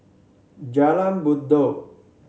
Jalan Buroh